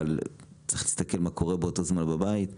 אבל צריך להסתכל מה קורה באותו זמן בבית.